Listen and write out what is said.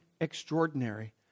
extraordinary